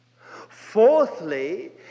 Fourthly